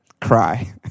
cry